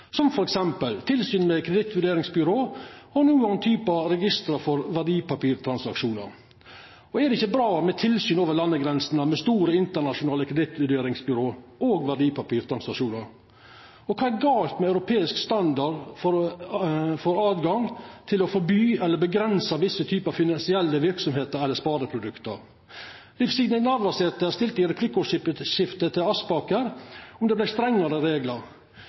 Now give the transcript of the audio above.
som t.d. tilsyn med kredittvurderingsbyrå og nokre typar register for verdipapirtransaksjonar. Og er det ikkje bra med tilsyn over landegrensene med store internasjonale kredittvurderingsbyrå og verdipapirtransaksjonar? Kva er gale med europeisk standard for tilgang til å forby eller avgrensa visse typar finansielle verksemder eller spareprodukt? Liv Signe Navarsete stilte i ein replikk til Aspaker spørsmål om det vert strengare reglar.